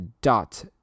dot